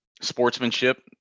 sportsmanship